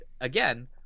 again